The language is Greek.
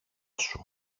σου